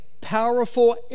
powerful